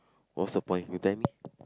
what's the point you tell me